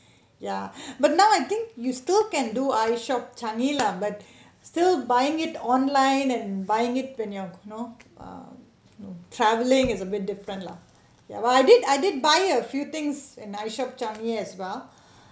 ya but now I think you still can do I_shop Changi lah but still buying it online and buying it when you're you know err travelling is a bit different lah ya but I did I did buy a few things in I_shop Changi as well